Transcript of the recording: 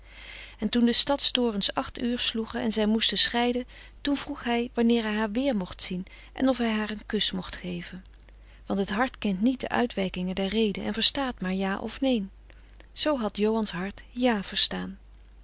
en toen de stadstorens acht uur sloegen en zij moesten scheiden toen vroeg hij wanneer hij haar weer mocht zien en of hij haar een kus mocht geven want het hart kent niet de uitwijkingen der rede en verstaat maar ja of neen zoo had johan's hart ja verstaan